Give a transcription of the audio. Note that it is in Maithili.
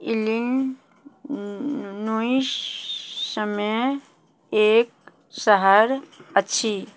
इलिन एक शहर अछि